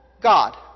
God